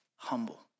humble